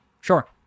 sure